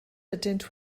ydynt